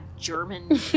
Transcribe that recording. German